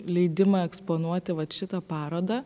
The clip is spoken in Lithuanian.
leidimą eksponuoti vat šitą parodą